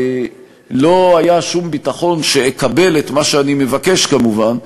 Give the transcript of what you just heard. לא היה שום ביטחון שאקבל את מה שאני מבקש, כמובן,